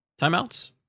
Timeouts